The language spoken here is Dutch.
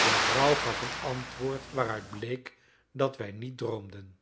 de vrouw gaf een antwoord waaruit bleek dat wij niet droomden